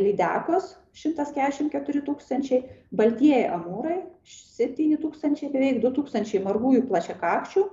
lydekos šimtas keturiasdešimt keturi tūkstančiai baltieji amūrai septyni tūkstančiai du tūkstančiai margųjų plačiakakčių